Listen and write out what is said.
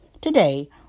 Today